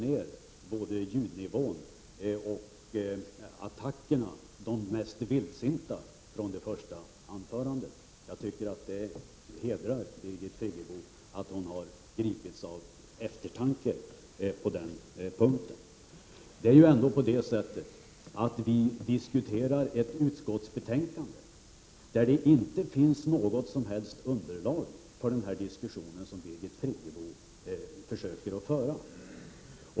Jag vände mig mot Birgit Friggebos mycket insinuanta ton i sitt första anförande, och jag noterar nu med viss tillfredsställelse att hon har skruvat ned både ljudnivån och de mest vildsinta attackerna från det första anförandet. Det hedrar Birgit Friggebo att hon har gripits av eftertanke på den punkten. Vi debatterar ju ändå ett utskottsbetänkande där det inte finns något som helst underlag för den diskussion som Birgit Friggebo försöker föra.